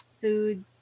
Food